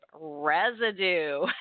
residue